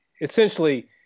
essentially